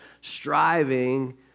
striving